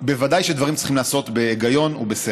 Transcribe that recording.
בוודאי שדברים צריכים להיעשות בהיגיון ובשכל.